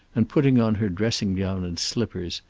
and putting on her dressing gown and slippers,